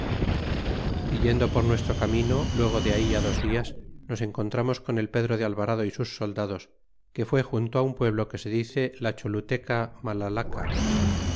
yendo por nuestro camino luego de ahí á dos dias nos encontramos con el pedro de alvarado y sus soldados que fué junto un pueblo que se dice la choluteca